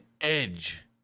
Edge